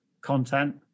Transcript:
content